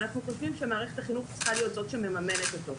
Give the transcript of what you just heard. ואנחנו חושבים שמערכת החינוך צריכה להיות זאת שמממנת אותו.